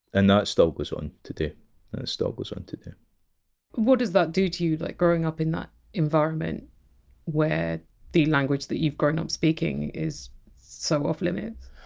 and that still goes on today. that still goes on today what does that do to you, like growing up in that environment where the language that you've grown up speaking is so off limits?